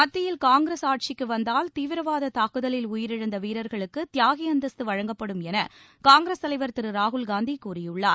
மத்தியில் காங்கிரஸ் ஆட்சிக்கு வந்தால் தீவிரவாதத் தாக்குதலில் உயிரிழந்த வீரர்களுக்கு தியாகி அந்தஸ்து வழங்கப்படும் என காங்கிரஸ் தலைவர் திரு ராகுல்காந்தி கூறியுள்ளார்